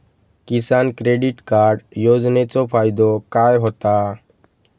किसान credit card योजनेचो फायदो काय होता?